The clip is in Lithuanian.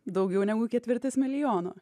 daugiau negu ketvirtis milijono